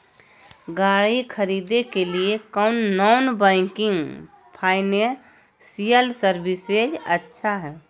गाड़ी खरीदे के लिए कौन नॉन बैंकिंग फाइनेंशियल सर्विसेज अच्छा है?